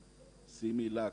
סימילאק,